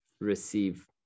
receive